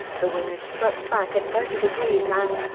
the wing is swept back at thirty degrees and,